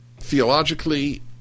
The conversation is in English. Theologically